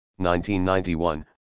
1991